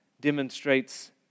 demonstrates